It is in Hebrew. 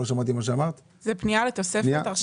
זאת פנייה לתוספת הרשאה להתחייב.